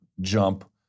jump